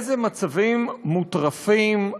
עם איזה מצבים מוטרפים,